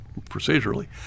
procedurally